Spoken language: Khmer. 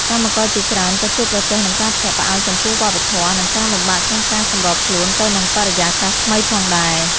កម្មករជាច្រើនក៏ជួបប្រទះនឹងការភ្ញាក់ផ្អើលចំពោះវប្បធម៌ និងការលំបាកក្នុងការសម្របខ្លួនទៅនឹងបរិយាកាសថ្មីផងដែរ។